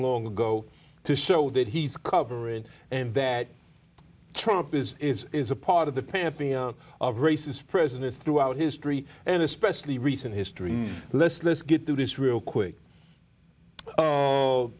long ago to show that he's covering and that trump is is is a part of the pantheon of races presidents throughout history and especially recent history let's let's get to this real quick